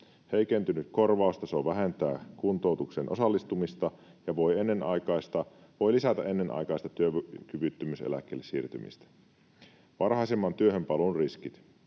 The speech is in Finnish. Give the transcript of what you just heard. Heikentynyt korvaustaso vähentää kuntoutukseen osallistumista ja voi lisätä ennenaikaista työkyvyttömyyseläkkeelle siirtymistä. Varhaisemman työhön paluun riskit: